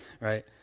right